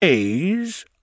A's